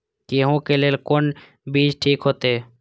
गेहूं के लेल कोन बीज ठीक होते?